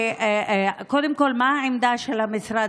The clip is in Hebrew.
מה העמדה של המשרד?